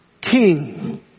king